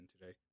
today